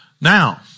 Now